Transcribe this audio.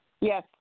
Yes